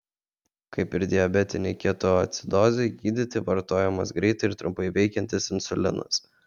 kaip ir diabetinei ketoacidozei gydyti vartojamas greitai ir trumpai veikiantis insulinas